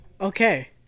okay